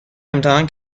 امتحان